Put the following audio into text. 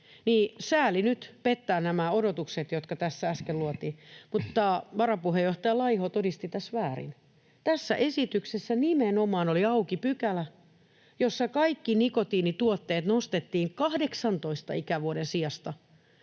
sääli nyt pettää nämä odotukset, jotka tässä äsken luotiin, mutta varapuheenjohtaja Laiho todisti tässä väärin. Tässä esityksessä nimenomaan oli auki pykälä, jossa kaikki nikotiinituotteet nostettiin 18 ikävuoden sijasta